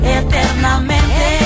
eternamente